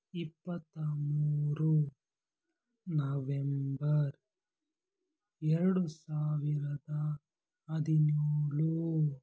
ಇಪ್ಪತ್ತ ಮೂರು ನವೆಂಬರ್ ಎರಡು ಸಾವಿರದ ಹದಿನೇಳು